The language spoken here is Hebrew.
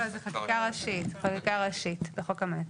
לא, זאת חקיקה ראשית בחוק המעצרים.